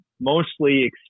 mostly